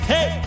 Hey